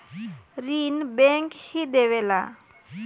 ऋण बैंक ही देवेला